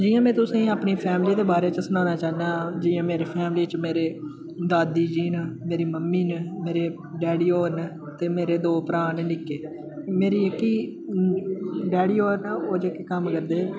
जियां मै तुसेंगी अपनी फैमिली दे बारे सनाना चाह्नां जियां मेरी फैमिली च मेरे दादी जी न मेरी मम्मी न मेरे डैडी होर न ते मेरे दो भ्राऽ न निक्के मेरी जेह्की डैडी होर न ओह् जेह्के कम्म करदे हे